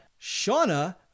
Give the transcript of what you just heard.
Shauna